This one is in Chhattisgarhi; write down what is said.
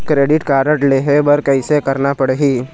क्रेडिट कारड लेहे बर कैसे करना पड़ही?